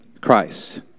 Christ